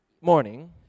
morning